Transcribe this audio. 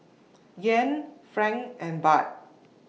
Yen Franc and Baht